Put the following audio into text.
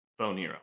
PhoneHero